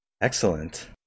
Excellent